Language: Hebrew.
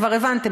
כבר הבנתם,